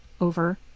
over